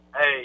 hey